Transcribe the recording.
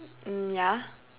mm ya